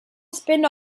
spin